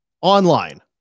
Online